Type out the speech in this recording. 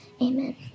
Amen